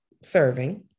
serving